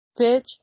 Bitch